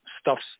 stuffs